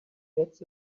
gets